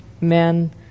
men